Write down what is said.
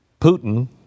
Putin